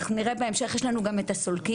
אנחנו נראה בהמשך יש לנו גם את הסולקים.